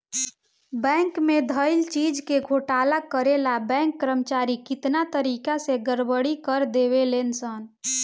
bank में धइल चीज के घोटाला करे ला बैंक कर्मचारी कितना तारिका के गड़बड़ी कर देवे ले सन